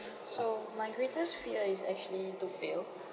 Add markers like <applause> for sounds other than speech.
<breath> so my greatest fear is actually to fail <breath>